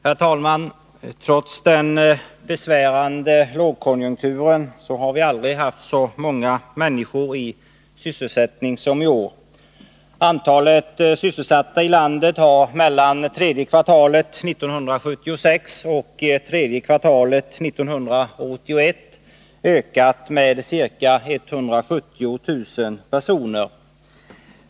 Herr talman! Trots den besvärande lågkonjunkturen har vi aldrig haft så många människor i sysselsättning som i år. Antalet sysselsatta i landet har mellan tredje kvartalet 1976 och tredje kvartalet 1981 ökat med ca 170 000 personer.